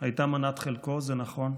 הייתה מנת חלקו, זה נכון,